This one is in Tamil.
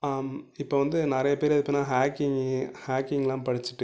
இப்போ வந்து நிறையா பேர் இப்போனா ஹாக்கிங்கி ஹாக்கிங்குலாம் படிச்சுட்டு